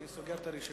אני סוגר את הרשימה.